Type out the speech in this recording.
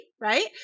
right